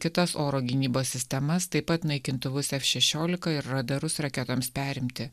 kitas oro gynybos sistemas taip pat naikintuvus f šešiolika ir radarus raketoms perimti